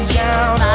down